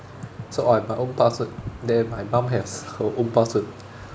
so I have my own password then my mum has her own password